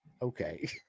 okay